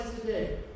today